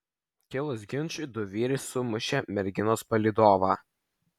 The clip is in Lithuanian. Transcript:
kilus ginčui du vyrai sumušė merginos palydovą